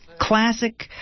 Classic